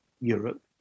Europe